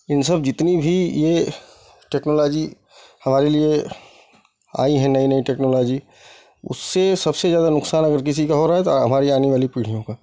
इन सब जितने भी ये टेक्नोलॉजी हमारे लिए आई हैं नई नई टेक्नोलॉजी उससे सबसे ज्यादा नुकसान अगर किसी का हो रहा है तो हमारी आनेवाली पीढ़ियों का